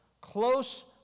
close